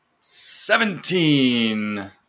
Seventeen